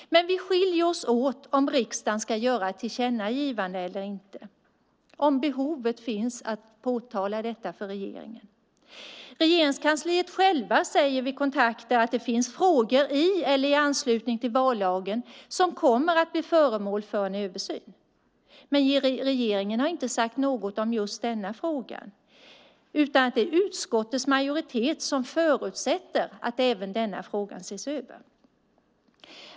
Men vi skiljer oss åt när det gäller om riksdagen ska göra ett tillkännagivande eller inte, om behovet finns eller inte av att påtala detta för regeringen. Regeringskansliet självt säger vid kontakter att det finns frågor i eller i anslutning till vallagen som kommer att bli föremål för översyn. Men regeringen har inte sagt något om just denna fråga. Det är utskottets majoritet som förutsätter att även denna fråga ses över.